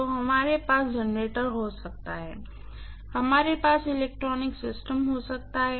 तो हमारे पास जनरेटर हो सकता है हमारे पास इलेक्ट्रॉनिक सिस्टम हो सकता है